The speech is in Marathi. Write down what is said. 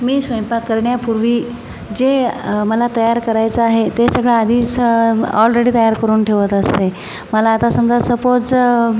मी स्वयंपाक करण्यापूर्वी जे मला तयार करायचं आहे ते सगळं आधीच ऑलरेडी तयार करून ठेवत असते मला आता समजा सपोज